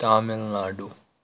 Tamil Nadu